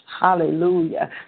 Hallelujah